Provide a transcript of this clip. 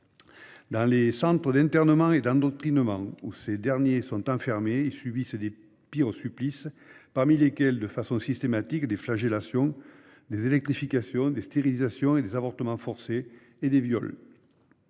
Dans les centres d'internement et d'endoctrinement où ils sont enfermés, ils subissent les pires supplices, parmi lesquels, de façon systématique, des flagellations, des électrifications, des stérilisations et avortements forcés, des viols.